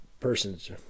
person's